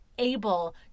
Able